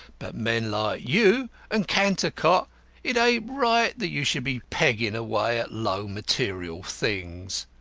but men like you and cantercot it ain't right that you should be peggin' away at low material things.